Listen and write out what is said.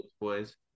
Boys